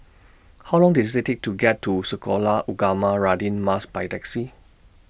How Long Does IT Take to get to Sekolah Ugama Radin Mas By Taxi